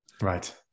Right